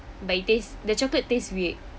but it tastes the chocolate taste weird